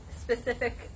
specific